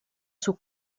sus